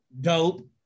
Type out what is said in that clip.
dope